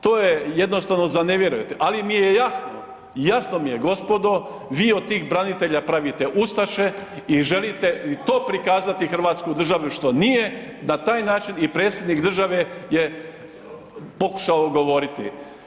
To je jednostavno za ne vjerovat ali mi je jasno, jasno mi je gospodo, vi od tih branitelja pravite ustaše i želite i to prikazati hrvatsku državu što nije na taj način i Predsjednik države je pokušao govoriti.